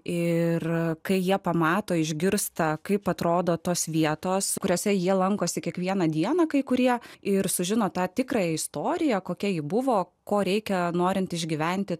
ir kai jie pamato išgirsta kaip atrodo tos vietos kuriose jie lankosi kiekvieną dieną kai kurie ir sužino tą tikrąją istoriją kokia ji buvo ko reikia norint išgyventi